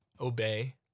obey